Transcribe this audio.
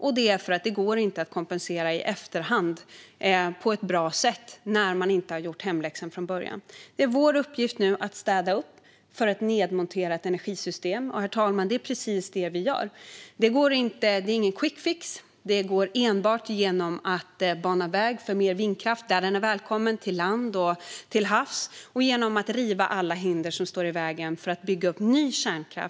Det beror på att det inte går att kompensera i efterhand på ett bra sätt när man inte har gjort hemläxan från början. Det är regeringens uppgift nu att städa upp efter ett nedmonterat energisystem - och, herr talman, det är precis det vi gör. Det finns ingen quickfix. Det går enbart genom att bana väg för mer vindkraft där den är välkommen till lands och till havs och genom att riva alla hinder som står i vägen för att bygga upp ny kärnkraft.